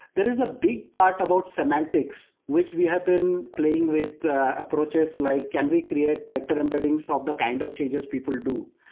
is a big part about semantics, which we have been playing with the approaches like can we create vector embedding so of the kind of changes people do?